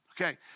Okay